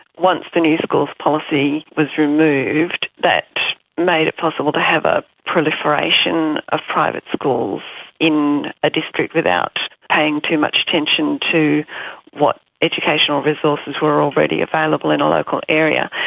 once the new schools policy was removed, that made it possible to have a proliferation of private schools in a district without paying too much attention to what educational resources were already available in a local area.